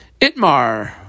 Itmar